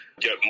get